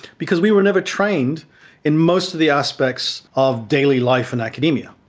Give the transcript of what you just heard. because we were never trained in most of the aspects of daily life and academia.